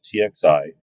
TXI